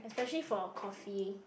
especially for coffee